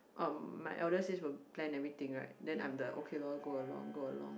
um my elder sis will plan everything right then I'm the okay lor go along go along